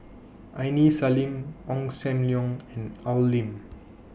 Aini Salim Ong SAM Leong and Al Lim